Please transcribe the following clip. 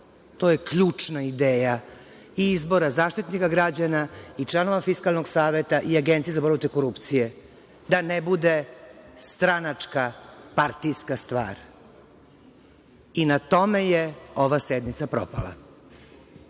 To je ključna ideja i izbora Zaštitnika građana i članova Fiskalnog saveta i Agencije za borbu protiv korupcije, da ne bude stranačka partijska stvar. Na tome je ova sednica propala. Vlast